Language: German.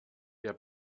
der